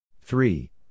three